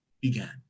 began